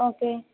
okay